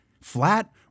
flat